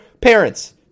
parents